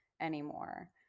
anymore